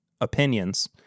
opinions